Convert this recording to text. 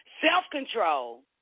Self-control